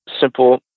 simple